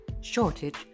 shortage